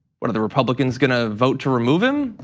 what are the republicans gonna vote to remove him?